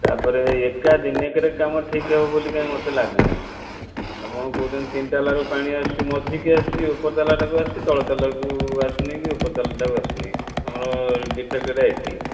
ତା ପରେ ଏକା ଦିନକରେ କାମ ଠିକ ହେବ ବୋଲି କାହିଁ ମୋତେ ଲାଗୁନି ଆପଣ କହୁଛନ୍ତି ତିନି ତାଲାରୁ ପାଣି ଆସୁଛି ମଝିକୁ ଆସୁଛି ଉପର ତାଲା ତାକୁ ଆସୁଛି ତଳ ତାଲାକୁ ଆସୁନାହିଁ କି ଉପର ତାଲାଟାକୁ ଆସୁନି ତୁମର ଡ଼ିଫେକ୍ଟ ହେଲା ଏଠି